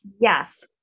Yes